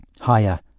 Higher